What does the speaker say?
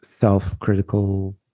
self-critical